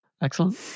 Excellent